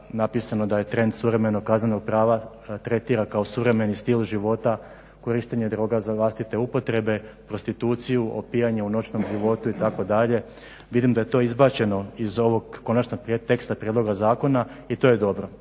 napisano da je trend suvremenog kaznenog prava tretira kao suvremeni stil života korištenje droga za vlastite upotrebe, prostituciju, opijanju u noćnom životu itd. vidim da je to izbačeno iz ovog konačnog teksta prijedloga zakona i to je dobro.